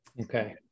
Okay